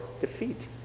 defeat